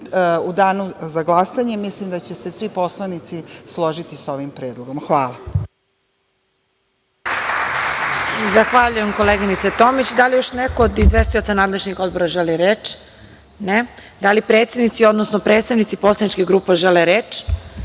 danu za glasanje mislim da će se svi poslanici složiti sa ovim predlogom. Hvala. **Marija Jevđić** Zahvaljujem koleginice Tomić. Da li još neko od izvestioca nadležnih odbora želi reč? (Ne.)Da li predsednici, odnosno predstavnici poslaničkih grupa žele reč? Reč